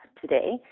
today